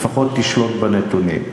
לפחות תשלוט בנתונים.